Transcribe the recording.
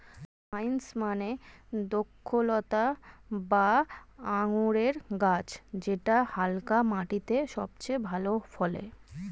vines মানে দ্রক্ষলতা বা আঙুরের গাছ যেটা হালকা মাটিতে সবচেয়ে ভালো ফলে